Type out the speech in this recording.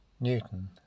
Newton